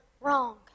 wrong